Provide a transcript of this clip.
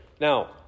Now